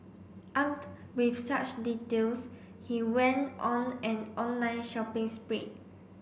armed with such details he went on an online shopping spree